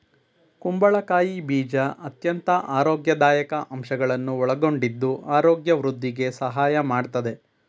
ಕುಂಬಳಕಾಯಿ ಬೀಜ ಅತ್ಯಂತ ಆರೋಗ್ಯದಾಯಕ ಅಂಶಗಳನ್ನು ಒಳಗೊಂಡಿದ್ದು ಆರೋಗ್ಯ ವೃದ್ಧಿಗೆ ಸಹಾಯ ಮಾಡತ್ತದೆ